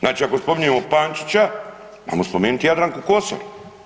Znači ako spominjemo Pančića ajmo spomenuti i Jadranku Kosor.